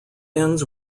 ends